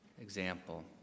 example